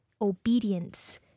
obedience